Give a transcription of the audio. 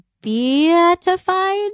beatified